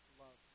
love